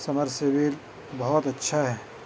submersible بہت اچھا ہے